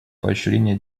поощрения